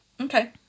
okay